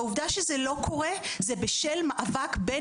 העובדה שזה לא קורה זה בשל מאבק בין